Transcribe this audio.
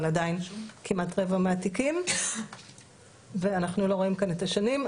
אבל עדיין כמעט רבע מהתיקים ואנחנו לא רואים כאן את השנים,